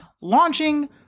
launching